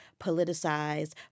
politicized